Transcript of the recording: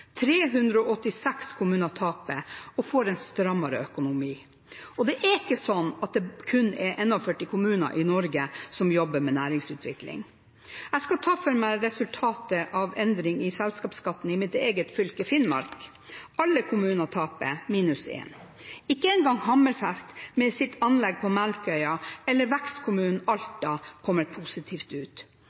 386 kommuner taper og får en strammere økonomi. Og det er ikke sånn at det er kun 41 kommuner i Norge som jobber med næringsutvikling. Jeg skal ta for meg resultatet av endring i selskapsskatten i mitt eget fylke, Finnmark. Alle kommunene taper, minus én. Ikke engang Hammerfest med sitt anlegg på Melkøya eller vekstkommunen Alta kommer positivt ut.